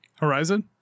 Horizon